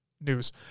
news